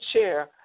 chair